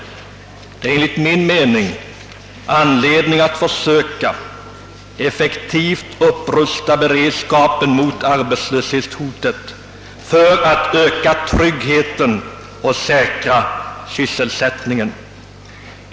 Det finns enligt min mening anledning att försöka att effektivt upprusta beredskapen mot arbetslöshetshotet för att öka tryggheten och säkra sysselsättningen.